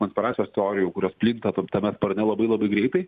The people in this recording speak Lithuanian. konspiracijos teorijų kurios plinta tam tame sparne labai labai greitai